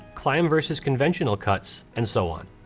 climb versus conventional cuts and so on.